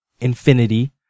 infinity